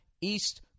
East